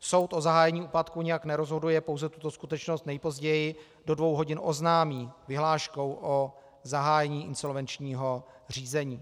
Soud o zahájení úpadku nijak nerozhoduje, pouze tuto skutečnost nejpozději do dvou hodin oznámí vyhláškou o zahájení insolvenčního řízení.